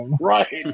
Right